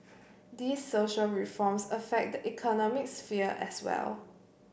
these social reforms affect the economic sphere as well